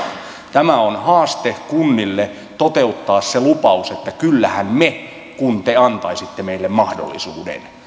tämä on haaste kunnille toteuttaa se lupaus että kyllähän me kun te antaisitte meille mahdollisuuden